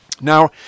Now